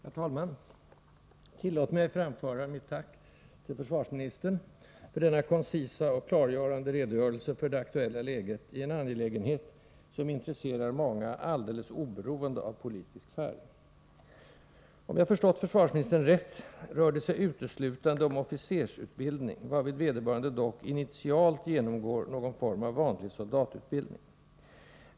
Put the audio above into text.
Herr talman! Tillåt mig att framföra mitt tack till försvarsministern för denna koncisa och klargörande redogörelse för det aktuella läget i en angelägenhet som intresserar många alldeles oberoende av politisk färg. Om jag förstått försvarsministern rätt rör det sig uteslutande om officersutbildning, varvid vederbörande dock initialt genomgår någon form av vanlig soldatutbildning.